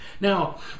Now